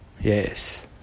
yes